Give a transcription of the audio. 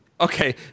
okay